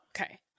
okay